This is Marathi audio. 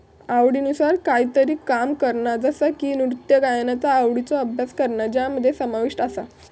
आवडीनुसार कायतरी काम करणा जसा की नृत्य गायनाचा आवडीचो अभ्यास करणा ज्यामध्ये समाविष्ट आसा